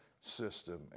system